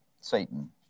Satan